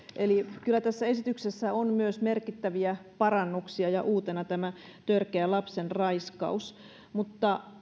eli kyllä tässä esityksessä on myös merkittäviä parannuksia ja uutena tämä törkeä lapsenraiskaus mutta